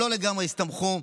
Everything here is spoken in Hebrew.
שלא לגמרי הסתמכו,